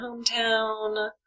hometown